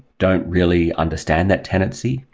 don't really understand that tenancy.